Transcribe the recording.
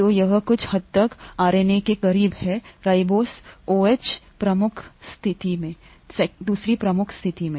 तो यह कुछ हद तक आरएनए के करीब है रिबोस ओएच 2 प्रमुख स्थिति में